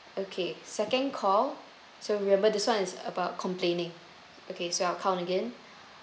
okay second call so remember this one it's about complaining okay so I'll count again